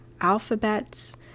alphabets